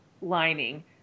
lining